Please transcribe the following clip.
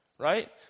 Right